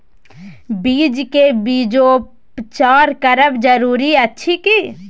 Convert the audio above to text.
बीज के बीजोपचार करब जरूरी अछि की?